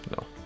No